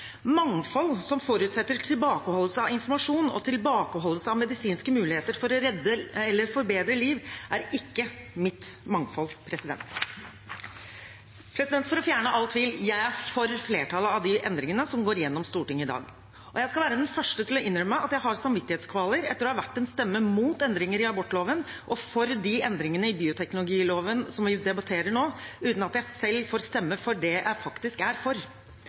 Mangfold som forutsetter tilbakeholdelse av informasjon og tilbakeholdelse av medisinske muligheter for å redde eller forbedre liv, er ikke mitt mangfold. For å fjerne all tvil: Jeg er for flertallet av de endringene som går igjennom i Stortinget i dag, og jeg skal være den første til å innrømme at jeg har samvittighetskvaler etter å ha vært en stemme mot endringer i abortloven og for de endringene i bioteknologiloven som vi debatterer nå, uten at jeg selv får stemme for det jeg faktisk er for.